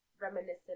reminiscent